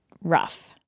rough